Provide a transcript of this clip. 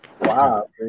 Wow